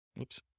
Oops